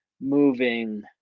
moving